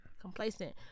Complacent